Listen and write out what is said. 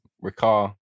recall